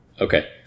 Okay